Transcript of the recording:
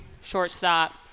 shortstop